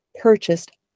purchased